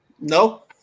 No